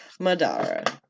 Madara